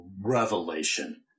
revelation